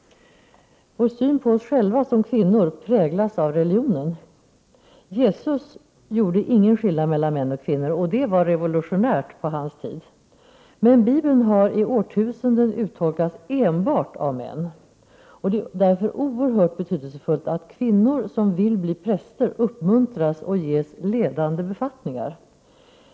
Vår syn på oss själva som kvinnor präglas av religionen. Jesus gjorde ingen skillnad mellan män och kvinnor, och det var på sin tid revolutionärt, men Bibeln har i årtusenden uttolkats enbart av män, och det är därför oerhört betydelsefullt att kvinnor som vill bli präster uppmuntras och ges ledande befattningar.